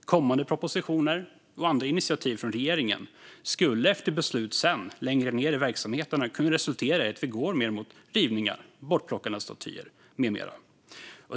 Kommande propositioner och andra initiativ från regeringen skulle efter beslut längre ned i verksamheterna kunna leda till att vi går mer mot rivningar och bortplockande av statyer med mera.